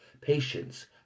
patience